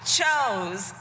chose